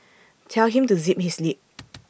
tell him to zip his lip